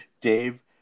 Dave